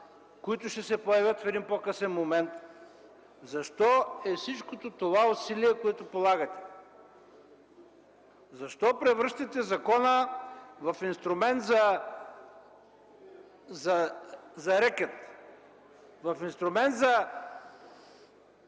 които ще се появят в един по-късен момент, защо е всичкото това усилие, което полагате? Защо превръщате закона в инструмент за рекет, в инструмент за